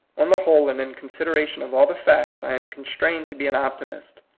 on the whole and in consideration of all the facts, i am constrained to be an optimist,